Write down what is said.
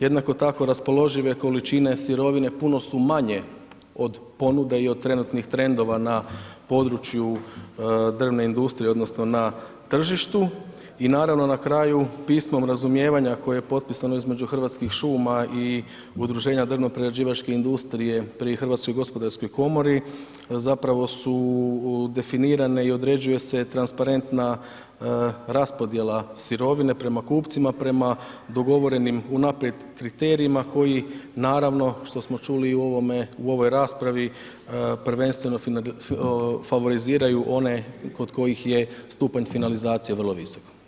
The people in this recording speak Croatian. Jednako tako raspoložive količine sirovine puno su manje od ponude i od trenutnih trendova na području drvne industrije odnosno na tržištu i naravno na kraju pismom razumijevanja koje je potpisano između Hrvatskih šuma i Udruženja drvno prerađivačke industrije pri HGK zapravo su definirane i određuje se transparentna raspodjela sirovine prema kupcima, prema dogovorenim unaprijed kriterijima koji naravno što smo čuli i u ovome, u ovoj raspravi, prvenstveno favoriziraju one kod kojih je stupanj finalizacije vrlo visok.